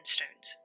Stones